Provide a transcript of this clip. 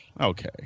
Okay